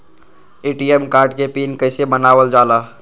ATM card के PIN कैसे बनावल जाला?